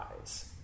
eyes